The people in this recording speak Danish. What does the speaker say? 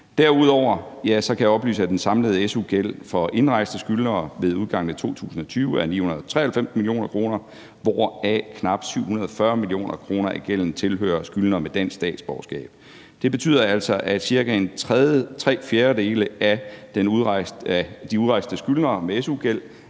Derudover kan jeg oplyse, at den samlede su-gæld for indrejste skyldnere ved udgangen af 2020 er 993 mio. kr., hvoraf knap 740 mio. kr. af gælden tilhører skyldnere med dansk statsborgerskab. Det betyder altså, at cirka tre fjerdedele af de udrejste skyldnere med su-gæld